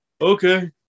Okay